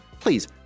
please